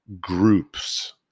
groups